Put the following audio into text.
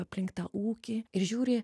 aplink tą ūkį ir žiūri